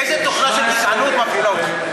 איזה תוכנה של גזענות מפעילה אותך?